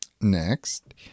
Next